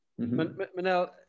Manel